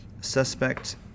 suspect